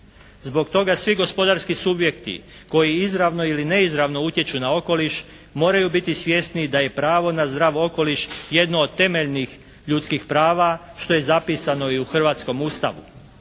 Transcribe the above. Zbog toga svi gospodarski subjekti koji izravno ili neizravno utječu na okoliš moraju biti svjesni da je pravo na zdrav okoliš jedno od temeljnih ljudskih prava što je zapisano i u hrvatskom Ustavu.